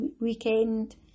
weekend